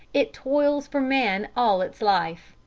it toils for man all its life,